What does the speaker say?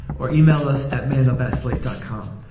or email us at man up at slate dot com.